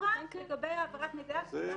הפרוצדורה הנכונה לגבי העברת המידע.